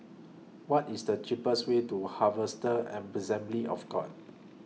What IS The cheapest Way to Harvester Assembly of God